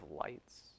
lights